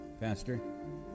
Pastor